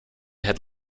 had